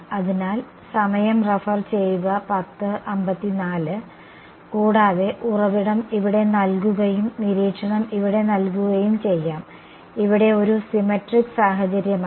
അതിനാൽ സമയം റഫർ ചെയ്യുക 1054 കൂടാതെ ഉറവിടം ഇവിടെ നൽകുകയും നിരീക്ഷണം ഇവിടെ നൽകുകയും ചെയ്യാം ഇവിടെ ഒരു സിമെട്രിക് സാഹചര്യമാണ്